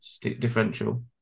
differential